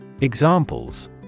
Examples